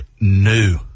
new